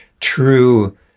true